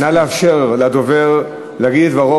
נא לאפשר לדובר להגיד את דברו.